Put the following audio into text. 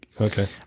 Okay